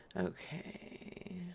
okay